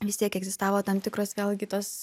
vis tiek egzistavo tam tikros vėlgi tos